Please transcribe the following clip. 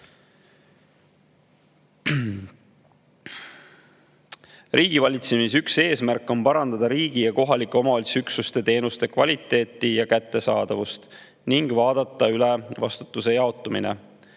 riigivalitsemise eesmärk on parandada riigi ja kohalike omavalitsuste üksuste teenuste kvaliteeti ja kättesaadavust ning vaadata üle vastutuse jaotumine.